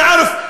אנא עארף,